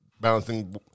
Balancing